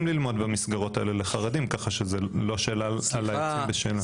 ללמוד במסגרות לחרדים כך שזו לא שאלה על יוצאים בשאלה.